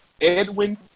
Edwin